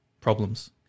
problems